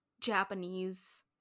Japanese